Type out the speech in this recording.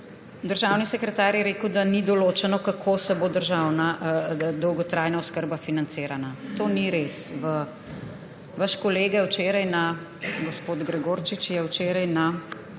Državni sekretar je rekel, da ni določeno, kako se bo dolgotrajna oskrba financirala. To ni res. Vaš kolega gospod Gregorič je včeraj na